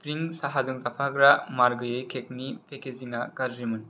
सिप्रिं साहाजों जाफाग्रा मार गैयै केकनि पेकेजिंआ गाज्रिमोन